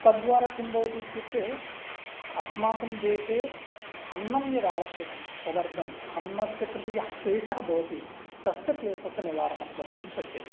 तद्वारे किं भवति इत्युक्ते अस्माकं देशे अन्नं यदावश्यकं तदर्थम् अन्नस्य कृते यः क्लेशः भवति तस्य क्लेशस्य निवारणं कर्तुं शक्यते